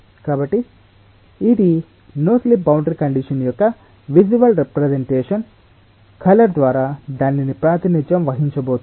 కాబట్టి ఇది no slip boundary condition యొక్క విసువల్ రెప్రేసెన్టేషన్ కలర్ ద్వారా దానిని ప్రాతినిధ్యం వహించబోతోంది